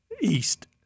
East